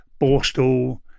borstal